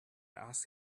asked